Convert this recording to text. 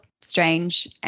strange